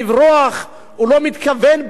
הוא לא מתכוון באמת באמת